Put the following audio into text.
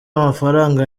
amafaranga